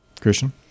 Christian